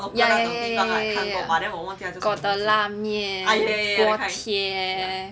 ya ya ya ya ya got the 拉面锅贴